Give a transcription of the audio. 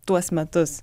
tuos metus